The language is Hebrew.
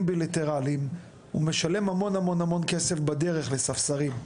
בילטרליים הוא משלם המון כסף בדרך לספסרים,